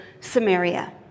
Samaria